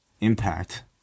Impact